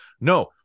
No